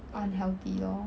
unhealthy loh